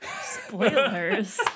Spoilers